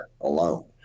alone